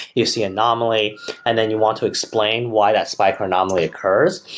you see anomaly and then you want to explain why that spike or anomaly occurs,